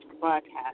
broadcast